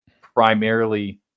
primarily